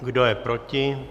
Kdo je proti?